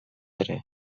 ere